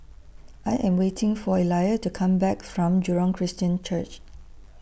I Am waiting For Elia to Come Back from Jurong Christian Church